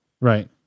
Right